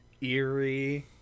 eerie